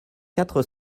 quatre